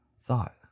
thought